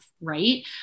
Right